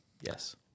yes